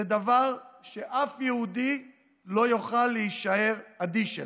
דבר שאף יהודי לא יוכל להישאר אדיש אליו.